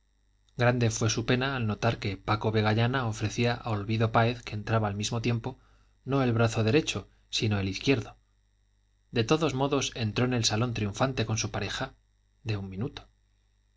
grande fue su pena al notar que paco vegallana ofrecía a olvido páez que entraba al mismo tiempo no el brazo derecho sino el izquierdo de todos modos entró en el salón triunfante con su pareja de un minuto